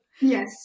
Yes